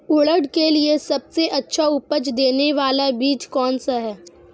उड़द के लिए सबसे अच्छा उपज देने वाला बीज कौनसा है?